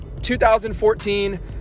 2014